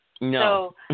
no